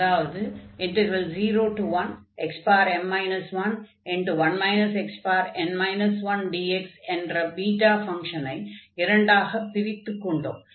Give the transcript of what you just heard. அதாவது 01xm 11 xn 1dx என்ற beta ஃபங்ஷனை இரண்டாகப் பிரித்துக் கொண்டோம்